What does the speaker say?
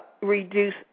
reduce